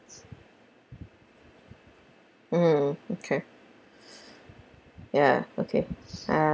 mm okay ya okay ah